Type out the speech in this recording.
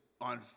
on